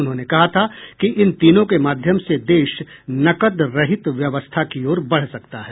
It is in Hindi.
उन्होंने कहा था कि इन तीनों के माध्यम से देश नकद रहित व्यवस्था की ओर बढ़ सकता है